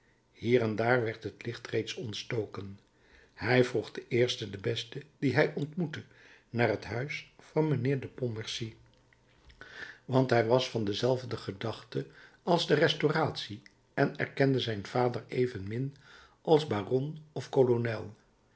hier en daar werd het licht reeds ontstoken hij vroeg den eersten den besten dien hij ontmoette naar het huis van mijnheer de pontmercy want hij was van dezelfde gedachte als de restauratie en erkende zijn vader evenmin als baron of kolonel